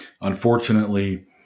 unfortunately